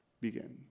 begin